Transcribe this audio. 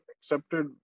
accepted